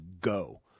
go